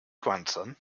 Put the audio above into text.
grandson